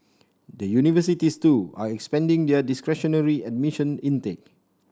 the universities too are expanding their discretionary admission intake